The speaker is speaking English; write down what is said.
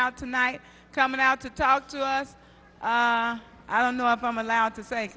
out tonight coming out to talk to us ah i don't know if i'm allowed to say